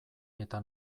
eta